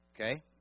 Okay